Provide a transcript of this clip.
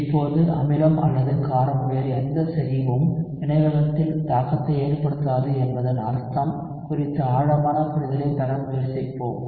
இப்போது அமிலம் அல்லது காரம் வேறு எந்த செறிவும் வினைவேகத்தில் தாக்கத்தை ஏற்படுத்தாது என்பதன் அர்த்தம் குறித்து ஆழமான புரிதலைப் பெற முயற்சிப்போம்